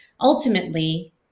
ultimately